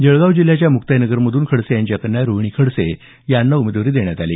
जळगाव जिल्ह्याच्या मुक्ताईनगरमधून खडसे यांच्या कन्या रोहिणी खडसे यांना उमेदवारी देण्यात आली